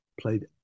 played